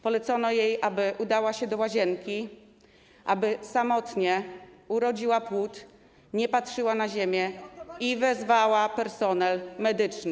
Polecono jej, aby udała się do łazienki, aby samotnie urodziła płód, nie patrzyła na ziemię i wezwała personel medyczny.